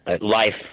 Life